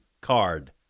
card